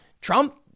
Trump